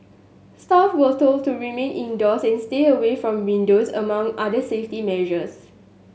staff were told to remain indoors and stay away from windows among other safety measures